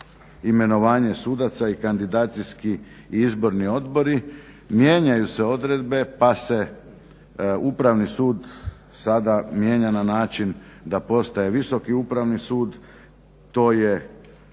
imenovanje sudaca i kandidacijski izborni odbori mijenjaju se odredbe pa se upravni sud sada mijenja na način da postaje Visoki upravni sud. To je